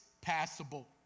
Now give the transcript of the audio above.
passable